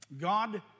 God